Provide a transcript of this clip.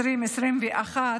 2021,